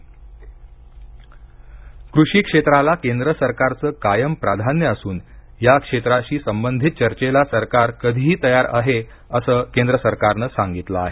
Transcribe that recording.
शेतकरी संघटना कृषी क्षेत्राला केंद्र सरकारचं कायम प्राधान्य असून या क्षेत्राशी संबंधित चर्चेला सरकार कधीही तयार आहे असं केंद्र सरकारनं सांगितलं आहे